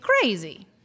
crazy